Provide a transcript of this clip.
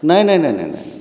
ନାଇଁ ନାଇଁ ନାଇଁ ନାଇଁ ନାଇଁ ନାଇଁ